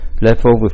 leftover